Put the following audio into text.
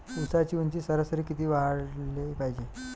ऊसाची ऊंची सरासरी किती वाढाले पायजे?